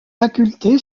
faculté